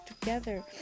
together